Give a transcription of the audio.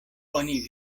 oni